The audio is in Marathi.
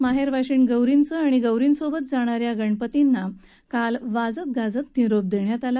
माहेरवाशीण गौरींना आणि गौरींसोबत जाणा या गणपतींना काल वाजत गाजत निरोप देण्यात आला